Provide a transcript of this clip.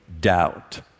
doubt